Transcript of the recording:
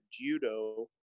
judo